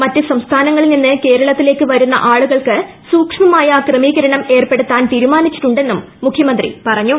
മറ്റു സംസ്ഥാനങ്ങളിൽനിന്ന് കേരളത്തിലേക്ക് വരുന്ന ആളുകൾക്ക് സൂക്ഷ്മമായ ക്രമീകരണം ഏർപ്പെടുത്താൻ തീരുമാനിച്ചിട്ടുണ്ടെന്നും മുഖ്യമന്ത്രി പറഞ്ഞു